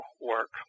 work